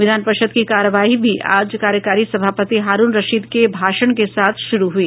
विधान परिषद की कार्यवाही भी आज कार्यकारी सभापति हारुण रशीद के भाषण के साथ शुरु हुई